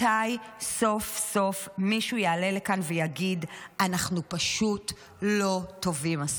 מתי סוף-סוף מישהו יעלה לכאן ויגיד: אנחנו פשוט לא טובים מספיק?